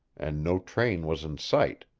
and no train was in sight.